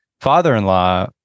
father-in-law